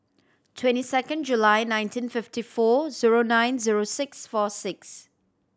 twenty second July nineteen fifty four zero nine zero six four six